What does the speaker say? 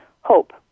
Hope